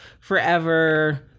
forever